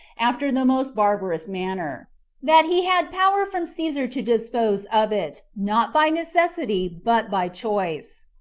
after the most barbarous manner that he had power from caesar to dispose of it, not by necessity, but by choice,